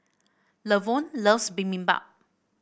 Lavonne loves Bibimbap